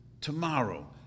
tomorrow